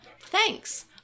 Thanks